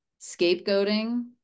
scapegoating